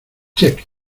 check